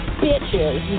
bitches